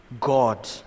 God